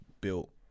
built